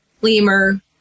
lemur